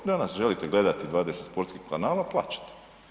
Danas želite gledati 20 sportskih kanala, plaćate.